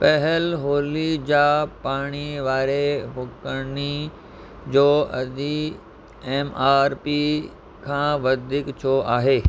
पहल होली जा पाणी वारे फूकिणनि जो अघु एम आर पी खां वधीक छो आहे